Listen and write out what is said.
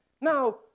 Now